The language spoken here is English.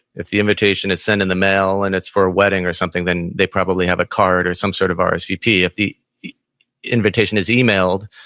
if the invitation is sending the mail and it's for a wedding or something, then they probably have a card or some sort of um rsvp. if the invitation is emailed,